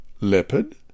Leopard